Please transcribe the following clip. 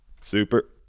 Super